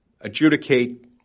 adjudicate